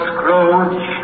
Scrooge